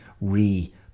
re-